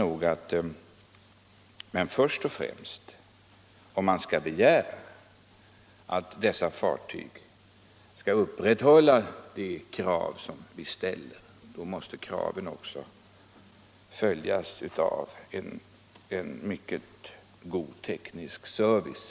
Om vi skall kunna begära att fartygen efterlever de krav vi ställer, måste kraven också kombineras med en mycket god teknisk service.